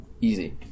easy